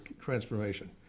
transformation